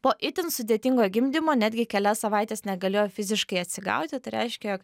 po itin sudėtingo gimdymo netgi kelias savaites negalėjo fiziškai atsigauti tai reiškia jog